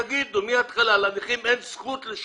תגידו מההתחלה שלנכים אין זכות להגיע